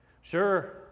sure